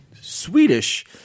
Swedish